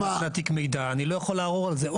נתנה תיק מידע אני לא יכול לערעור על זה,